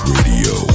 Radio